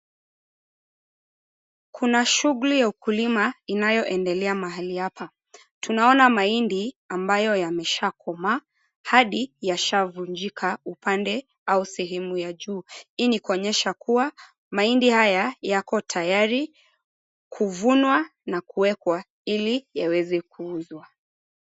Kuna shughuli ya ukulima inayoendelea mahali hapa, tunaona mahindi ambayo yameshakomaa hadi yashavunjika upande au sehemu ya juu. Hii ni kuonyesha kuwa mahindi haya yako tayari kuvunwa na kuwekwa ili yaweze kuuzwa.